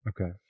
okay